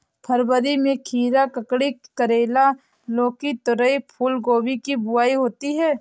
फरवरी में खीरा, ककड़ी, करेला, लौकी, तोरई, फूलगोभी की बुआई होती है